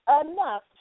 enough